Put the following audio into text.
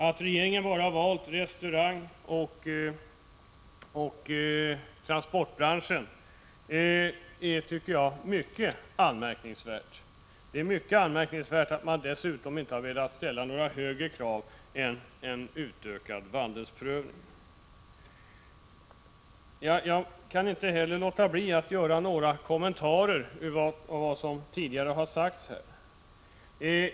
Att regeringen bara valt restaurangoch transportbranscherna är, tycker jag, mycket anmärkningsvärt. Det är dessutom mycket anmärkningsvärt att man inte har velat ställa högre krav än utökad vandelsprövning. Jag kan inte heller låta bli att göra några kommentarer till vad som tidigare har sagts här.